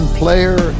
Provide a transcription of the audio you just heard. player